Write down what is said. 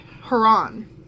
Haran